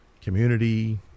community